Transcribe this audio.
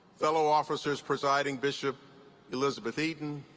fellow officers presiding bishop elizabeth eaton,